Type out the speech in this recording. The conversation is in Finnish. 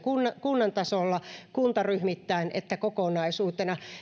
kunnan tasolla kuntaryhmittäin että kokonaisuutena